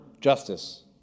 justice